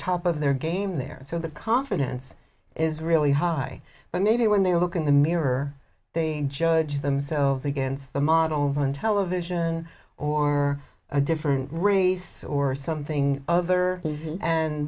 top of their game their so the confidence is really high but maybe when they look in the mirror they judge themselves against the models on television or a different race or something or other a